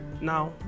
Now